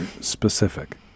specific